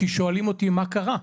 כי שואלים אותי מה קרה.